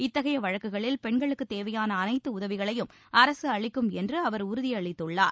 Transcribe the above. இத்தகைய வழக்குகளில் பெண்களுக்கு தேவையாள அளைத்து உதவிகளையும் அரசு அளிக்கும் என்று அவர் உறுதியளித்துள்ளார்